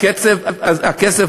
אז מה זה הקיצוץ בהוצאה הציבורית?